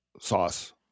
sauce